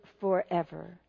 forever